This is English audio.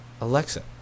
Alexa